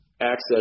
access